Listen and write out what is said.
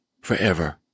forever